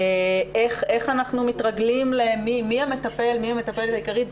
איך אנחנו מתרגלים, מי המטפל או המטפלת העיקרית.